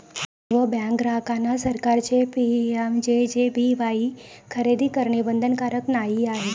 सर्व बँक ग्राहकांना सरकारचे पी.एम.जे.जे.बी.वाई खरेदी करणे बंधनकारक नाही आहे